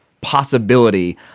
possibility